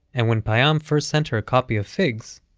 and when payam first sent her a copy of figs,